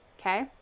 okay